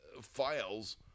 files